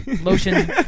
lotion